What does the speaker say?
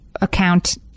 account